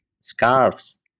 scarves